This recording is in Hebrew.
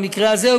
במקרה הזה,